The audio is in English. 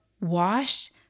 washed